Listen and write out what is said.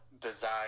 desire